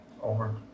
over